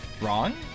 Wrong